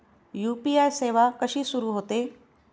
UPI सेवा कशी सुरू होते?